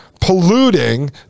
polluting